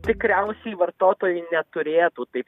tikriausiai vartotojai neturėtų taip